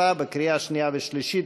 התקבלה בקריאה שנייה ושלישית,